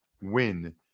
win